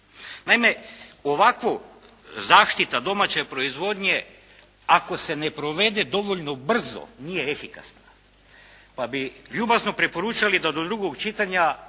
Naime, ovakvo, zaštita domaće proizvodnje, ako se ne provede dovoljno brzo nije efikasna, pa bi ljubazno preporučili da do drugog čitanja